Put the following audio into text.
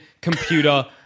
computer